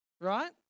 Right